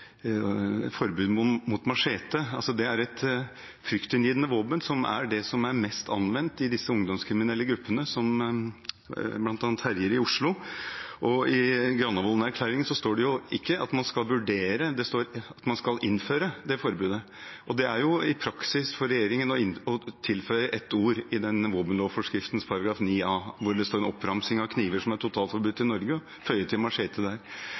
forbud mot machete. Det er et fryktinngytende våpen som er det som er mest anvendt i disse ungdomskriminelle gruppene som bl.a. herjer i Oslo. I Granavolden-plattformen står det jo ikke at man skal vurdere forbudet, det står at man skal innføre forbudet. I praksis er det for regjeringen å tilføye ett ord i våpenforskriften § 9 første ledd, der det er en oppramsing av kniver som er totalforbudt i Norge: føye til machete der.